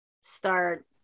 start